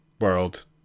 World